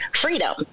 freedom